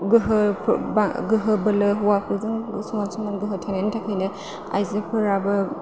गोहो गोहो बोलो हौवाफोरजों समान समान गोहो थानायनि थाखायनो आइजोफोराबो